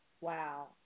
Wow